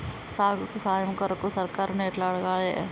సాగుకు సాయం కొరకు సర్కారుని ఎట్ల అడగాలే?